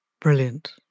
Brilliant